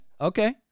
Okay